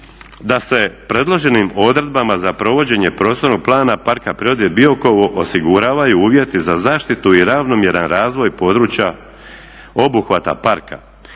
da se predloženim odredbama za provođenje Prostornog plana Parka prirode Biokovo osiguravaju uvjeti za zaštitu i ravnomjeran razvoj područja obuhvata parka.